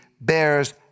bears